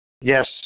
Yes